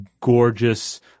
gorgeous